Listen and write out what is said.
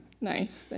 Nice